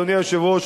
אדוני היושב-ראש,